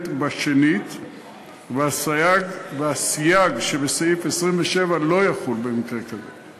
בשנית והסייג שבסעיף 27 לא יחול במקרה כזה.